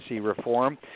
reform